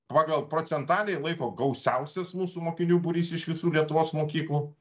pagal procentaliai laiko gausiausias mūsų mokinių būrys iš visų lietuvos mokyklų